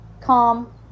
calm